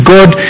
God